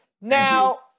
now